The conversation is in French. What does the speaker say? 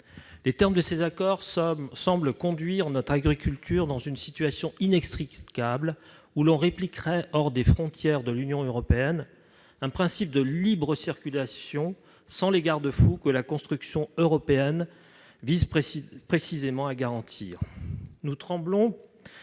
Les termes de ces accords semblent conduire notre agriculture dans une situation inextricable, où l'on répliquerait hors des frontières de l'Union européenne un principe de libre circulation, sans les garde-fous que la construction européenne vise précisément à garantir. Nous tremblons